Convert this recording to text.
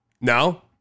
No